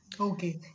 Okay